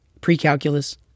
pre-calculus